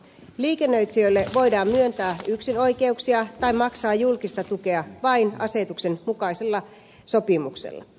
liikennöitsijöille voidaan myöntää yksinoikeuksia tai maksaa julkista tukea vain asetuksen mukaisella sopimuksella